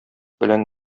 белән